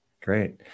Great